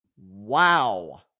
Wow